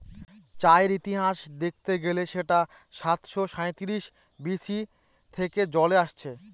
চায়ের ইতিহাস দেখতে গেলে সেটা সাতাশো সাঁইত্রিশ বি.সি থেকে চলে আসছে